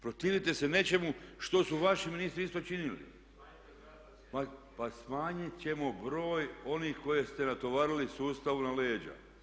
Protivite se nečemu što su vaši ministri isto činili. … [[Upadica se ne razumije.]] Pa smanjit ćemo broj onih koji ste natovarili sustavu na leđa.